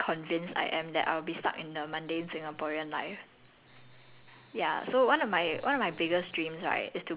I actually got two I not sure whether can because the older I get right the more convinced I am that I'll be stuck in the mundane singaporean life